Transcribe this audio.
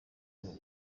rwo